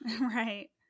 Right